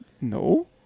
No